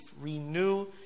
Renew